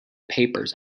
papers